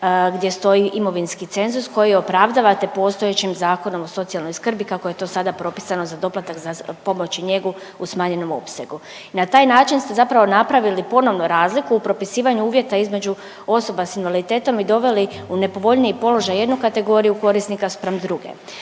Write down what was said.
gdje stoji imovinski cenzus koji opravdavate postojećim Zakonom o socijalnoj skrbi kako je to sada propisano za doplatak za pomoć i njegu u smanjenom opsegu. I na taj način ste zapravo napravili ponovno razliku u propisivanju uvjeta između osoba s invaliditetom i doveli u nepovoljniji položaj jednu kategoriju korisnika spram druge.